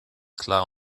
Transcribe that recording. klar